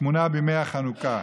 טמונה בימי החנוכה.